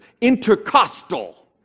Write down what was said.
intercostal